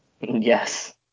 Yes